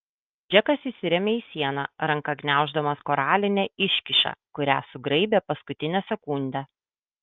džekas įsirėmė į sieną ranka gniauždamas koralinę iškyšą kurią sugraibė paskutinę sekundę